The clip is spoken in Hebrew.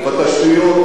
בתשתיות,